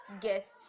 guest